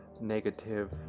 negative